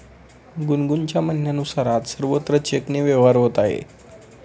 गुनगुनच्या म्हणण्यानुसार, आज सर्वत्र चेकने व्यवहार होत आहे